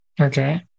Okay